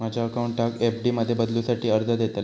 माझ्या अकाउंटाक एफ.डी मध्ये बदलुसाठी अर्ज देतलय